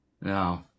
No